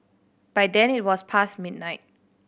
by then it was past midnight